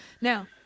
now